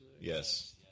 Yes